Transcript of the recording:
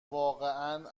واقعا